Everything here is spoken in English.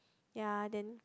ya then